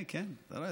כן, כן.